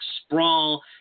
sprawl